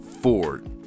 Ford